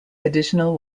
additional